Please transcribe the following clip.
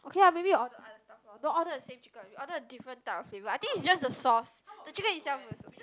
okay lah maybe order other stuff lor don't order the same chicken you order the different type of flavour I think is just the sauce the chicken itself was okay